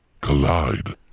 collide